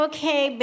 Okay